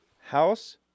House